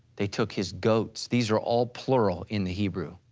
they took his goats, these are all plural in the hebrew.